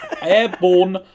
Airborne